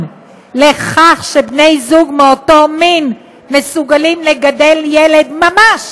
לכך שבני זוג מאותו מין אינם מסוגלים לגדל ילד ממש